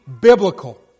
biblical